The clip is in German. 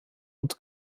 und